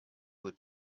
would